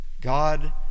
God